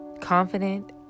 confident